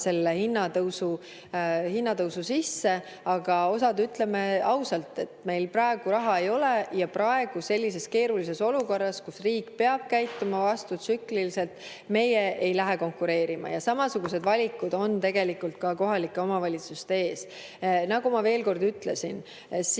selle hinnatõusu sisse, aga osa puhul ütleme ausalt, et meil praegu raha ei ole ja sellises keerulises olukorras, kus riik peab käituma vastutsükliliselt, meie ei lähe konkureerima. Samasugused valikud on tegelikult ka kohalike omavalitsuste ees. Nagu ma ütlesin,